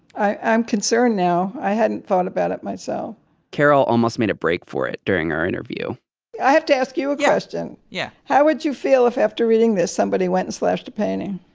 i'm concerned now. i hadn't thought about it myself carol almost made a break for it during our interview i have to ask you a question yeah how would you feel if after reading this, somebody went and slashed a painting?